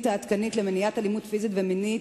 העדכנית למניעת אלימות פיזית ומינית,